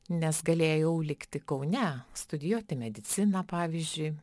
nes galėjau likti kaune studijuoti mediciną pavyzdžiui